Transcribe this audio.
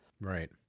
Right